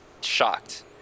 shocked